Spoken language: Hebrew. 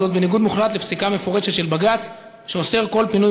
וזאת בניגוד מוחלט לפסיקה מפורשת של בג"ץ שאוסרת כל פינוי